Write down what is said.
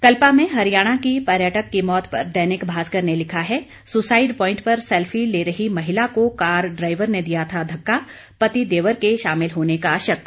कल्पा में हरियाणा की पर्यटक की मौत पर दैनिक भास्कर ने लिखा है सुसाइड प्वाइंट पर सेल्फी ले रही महिला को कार ड्राइवर ने दिया था धक्का पति देवर के शामिल होने का शक